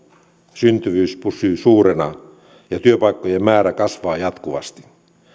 syntyvyys pysyy suurena ja työpaikkojen määrä kasvaa jatkuvasti